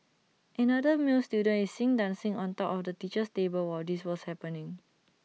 another male student is seen dancing on top of the teacher's table while this was happening